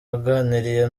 waganiriye